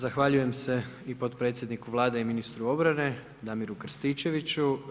Zahvaljujem se i potpredsjedniku Vlade i ministru obrane, Damiru Krstičeviću.